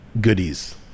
goodies